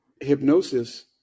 hypnosis